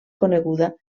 coneguda